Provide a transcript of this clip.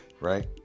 right